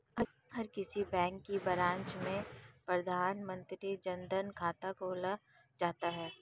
हर किसी बैंक की ब्रांच में प्रधानमंत्री जन धन खाता खुल जाता है